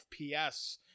fps